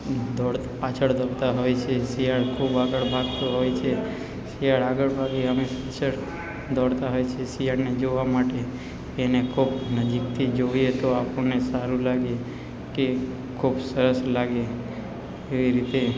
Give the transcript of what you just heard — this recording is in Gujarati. દોડ પાછળ દોડતા હોય છે શિયાળ ખૂબ આગળ ભાગતું હોય છે શિયાળ આગળ ભાગે અમે પાછળ દોડતા હોય છે શિયાળને જોવા માટે એને ખૂબ નજીકથી જોઈએ તો આપણને સારું લાગે કે ખૂબ સરસ લાગે એવી રીતે